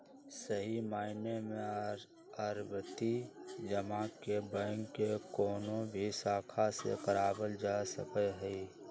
सही मायने में आवर्ती जमा के बैंक के कौनो भी शाखा से करावल जा सका हई